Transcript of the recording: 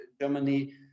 Germany